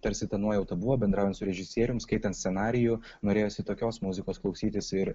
tarsi ta nuojauta buvo bendraujant su režisierium skaitant scenarijų norėjosi tokios muzikos klausytis ir